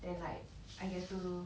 then like I get to